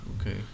okay